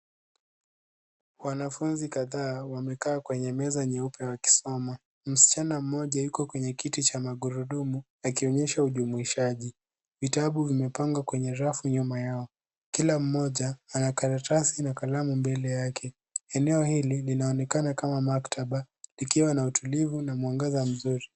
Wanafunzi kadhaa wamekaa kwenye meza nyeupe wakisoma. Msichana mmoja yuko kwenye kiti cha magurudumu akionyesha ujumuhishaji. Vitabu vimepangwa kwenye rafu nyuma yao. Kila mmoja ana karatasi na kalamu mbele yake. Eneo hili linaonekana kama maktaba likiwa na utulivu na mwangaza mzuri.